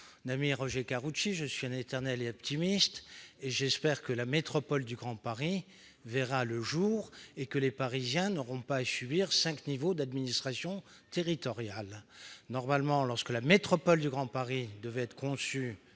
ami Roger Karoutchi, je suis un éternel optimiste, et j'espère que la métropole du Grand Paris verra le jour. Les Parisiens n'auront plus alors à subir cinq niveaux d'administration territoriale. Normalement, la métropole du Grand Paris aurait dû être mise